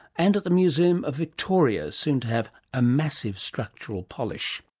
and at the museum of victoria soon to have a massive structural polish